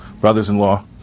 brothers-in-law